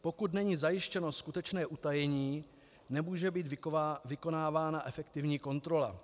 Pokud není zajištěno skutečné utajení, nemůže být vykonávána efektivní kontrola.